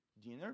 dinner